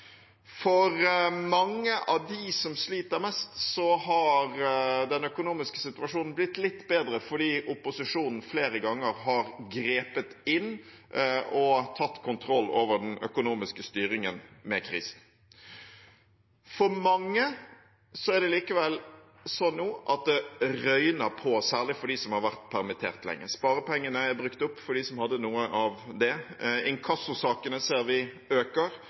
For mange av dem som sliter mest, har den økonomiske situasjonen blitt litt bedre fordi opposisjonen flere ganger har grepet inn og tatt kontroll over den økonomiske styringen med krisen. For mange er det likevel nå sånn at det røyner på, særlig for dem som har vært permittert lenge. Sparepengene er brukt opp – for de som hadde noe av det – inkassosakene ser vi øker,